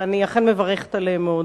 ואני אכן מברכת עליהם מאוד.